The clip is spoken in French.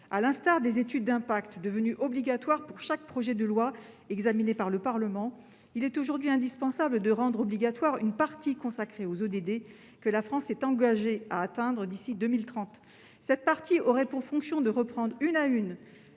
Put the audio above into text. À l'instar des études d'impact devenues obligatoires pour chaque projet de loi examiné par le Parlement, il est aujourd'hui indispensable de rendre obligatoire une partie consacrée aux ODD que la France s'est engagée à atteindre d'ici à 2030. Cette partie aurait pour fonction de reprendre une à une